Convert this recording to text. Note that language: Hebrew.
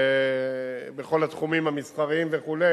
בכל התחומים המסחריים וכו',